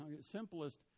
simplest